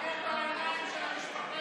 תסתכל בעיניים של המשפחה